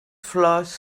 flors